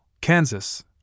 Kansas